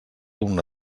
una